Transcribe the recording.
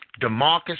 DeMarcus